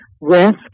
risk